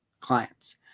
clients